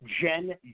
Gen